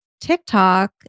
TikTok